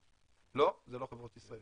לא, אלה לא חברות ישראליות.